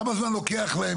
כמה זמן לוקח להם,